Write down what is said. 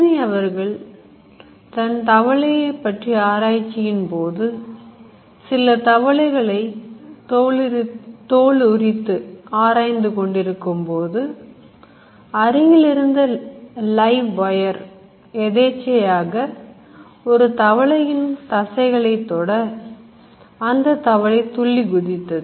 Galvani அவர்கள் தன் தவளையை பற்றிய ஆராய்ச்சியின் போது சில தவளைகளை தோலுரித்து ஆய்ந்து கொண்டிருக்கும்போது அருகிலிருந்த live wire எதேச்சையாக ஒரு தவளையின் தசைகளை தொட அந்த தவளை துள்ளி குதித்தது